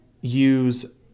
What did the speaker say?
use